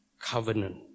covenant